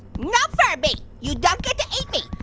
no, furby! you don't get to eat me.